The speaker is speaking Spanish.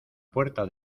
puerta